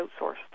outsourced